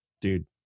dude